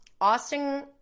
Austin